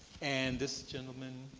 and this gentleman.